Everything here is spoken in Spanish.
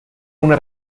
una